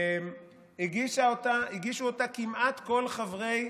הגישו אותה כמעט כל חברי